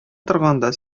торганда